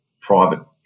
private